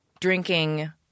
drinking